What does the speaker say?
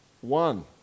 One